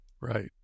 Right